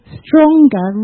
stronger